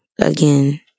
again